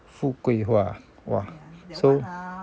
富贵花 !wah! so